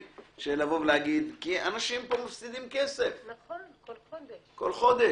מדובר פה באנשים שמפסידים כסף כל חודש.